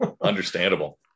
understandable